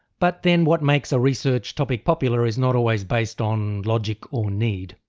but then what makes a research topic popular is not always based on logic or need.